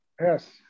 Yes